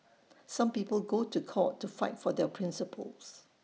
some people go to court to fight for their principles